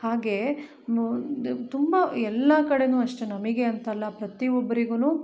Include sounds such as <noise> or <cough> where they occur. ಹಾಗೇ <unintelligible> ತುಂಬ ಎಲ್ಲ ಕಡೆ ಅಷ್ಟೇ ನಮಗೆ ಅಂತಲ್ಲ ಪ್ರತಿಒಬ್ರಿಗು